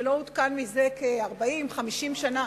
שלא עודכן זה 40 50 שנה,